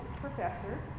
professor